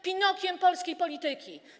Pinokiem polskiej polityki.